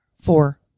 four